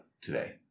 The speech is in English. today